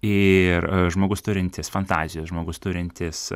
ir žmogus turintis fantazijos žmogus turintis